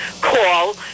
call